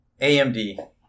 AMD